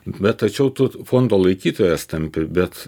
bet tačiau tu fondo laikytojas tampi bet